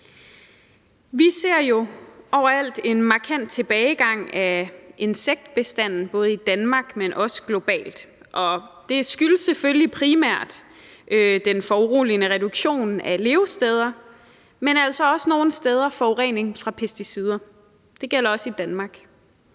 Vi ser jo overalt en markant tilbagegang af insektbestanden både i Danmark, men også globalt. Og det skyldes selvfølgelig primært den foruroligende reduktion af levesteder, men altså også nogle steder forurening fra pesticider – det gælder også i Danmark.